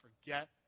forget